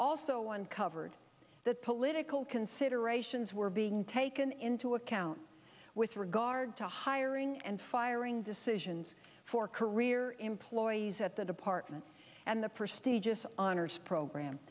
also uncovered that political considerations were being taken into account with regard to hiring and firing decisions for career employees at the department and the prestigious honors program